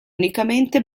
unicamente